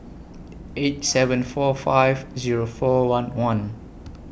eight seven four five Zero four one one